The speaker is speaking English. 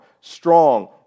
strong